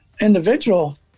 individual